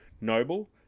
Noble